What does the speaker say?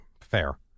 Fair